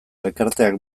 elkarteak